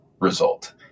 result